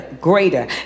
Greater